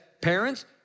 parents